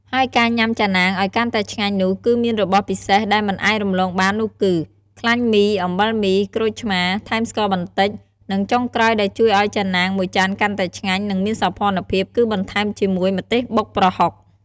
ហើយការញ៉ាំ ចាណាង ឱ្យកាន់តែឆ្ងាញ់នោះគឺមានរបស់ពិសេសដែលមិនអាចរំលងបាននោះគឺ ខ្លាញ់មី អំបិលមី ក្រូចឆ្មា ថែមស្ករបន្តិច និងចុងក្រោយដែលជួយឱ្យចាណាងមួយចានកាន់តែឆ្ងាញ់ និងមានសោភ័ណ្ឌភាព គឺបន្ថែមជាមួយ ម្ទេសបុកប្រហុក។